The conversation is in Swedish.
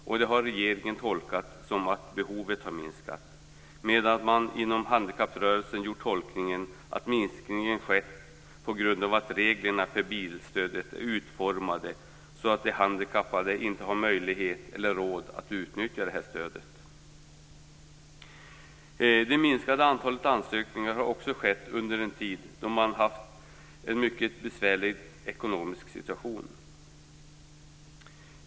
Detta har regeringen tolkat så, att behovet har minskat, medan man inom handikapprörelsen gjort den tolkningen att minskningen skett på grund av att reglerna för bilstödet är så utformade att de handikappade inte har möjlighet eller råd att utnyttja detta stöd. Minskningen av antalet ansökningar har också inträffat under en tid då man haft en mycket besvärlig ekonomisk situation.